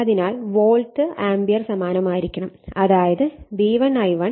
അതിനാൽ volt ampere സമാനമായിരിക്കണം അതായത്V1 I1 V2 I2